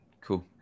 Cool